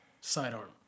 sidearm